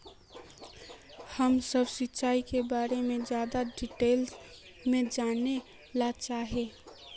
हम सब सिंचाई के बारे में ज्यादा डिटेल्स में जाने ला चाहे?